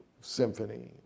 symphony